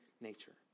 nature